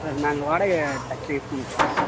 sir நாங்கள் வாடகை taxi use பண்ணுறோம்